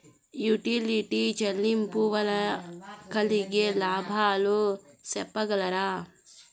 Utility చెల్లింపులు వల్ల కలిగే లాభాలు సెప్పగలరా?